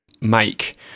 make